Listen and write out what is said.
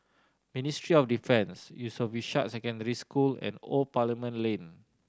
Ministry of Defence Yusof Ishak Secondary School and Old Parliament Lane